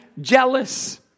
jealous